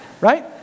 Right